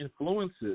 influences